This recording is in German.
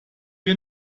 wir